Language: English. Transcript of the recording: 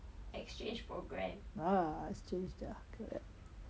ah exchange ya good